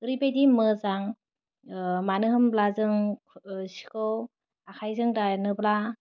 ओरैबायदि मोजां मानो होनब्ला जों सिखौ आखाइजों दानोब्ला